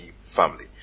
family